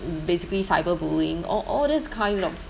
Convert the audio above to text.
basically cyberbullying or all these kind of